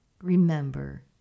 Remember